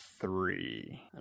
three